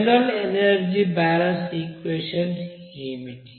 general energy balance equation ఏమిటి